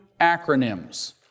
acronyms